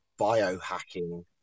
biohacking